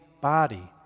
body